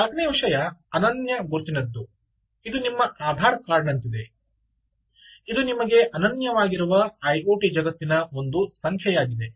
ನಾಲ್ಕನೆಯ ವಿಷಯ ಅನನ್ಯ ಗುರುತಿನದ್ದು ಇದು ನಿಮ್ಮ ಅಧಾರ್ ಕಾರ್ಡ್ನಂತಿದೆ ಇದು ನಿಮಗೆ ಅನನ್ಯವಾಗಿರುವ ಐಒಟಿ ಜಗತ್ತಿನ ಒಂದು ಸಂಖ್ಯೆ ಆಗಿದೆ